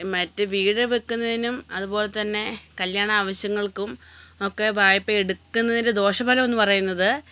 മറ്റ് വീട് വെക്ക്ന്നേനും അതുപോലെ തന്നെ കല്യാണ ആവശ്യങ്ങൾക്കും ഒക്കെ വായ്പ എടുക്കുന്നതിൻ്റെ ദോഷഫലം എന്ന് പറയുന്നത്